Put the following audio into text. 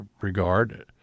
regard